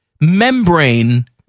membrane